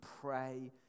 pray